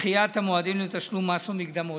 דחיית המועדים לתשלום מס ומקדמות,